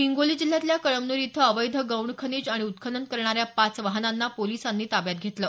हिंगोली जिल्ह्यातल्या कळमनुरी इथं अवैध गौण खनिज आणि उत्खनन करणाऱ्या पाच वाहनांना पोलिसांनी ताब्यात घेतलं